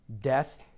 Death